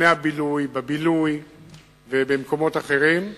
לפני הבילוי, בבילוי ובמקומות אחרים.